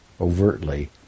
Overtly